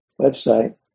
website